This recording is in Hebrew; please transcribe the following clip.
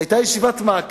שהיתה ישיבת מעקב,